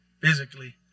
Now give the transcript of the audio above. physically